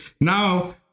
now